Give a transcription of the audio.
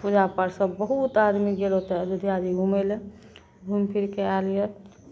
पूजापाठ सभ बहुत आदमी गेल ओतय अयोध्याजी घूमय लेल घूमि फिरि कऽ आयल यए